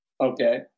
Okay